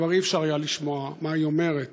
כבר אי-אפשר היה לשמוע מה היא אומרת.